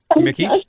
Mickey